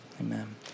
Amen